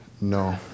No